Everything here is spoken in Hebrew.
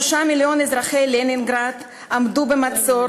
3 מיליון אזרחי לנינגרד עמדו במצור